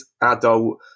adult